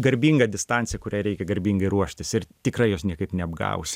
garbinga distancija kuriai reikia garbingai ruoštis ir tikrai jos niekaip neapgausi